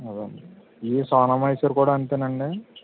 అదే ఇవి సోనా మసూరి కూడా అంతే అండి